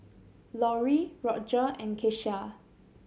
Lorrie Rodger and Keshia